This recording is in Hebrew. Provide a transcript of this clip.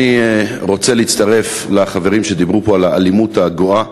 אני רוצה להצטרף לחברים שדיברו פה על האלימות הגואה,